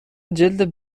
جلد